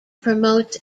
promotes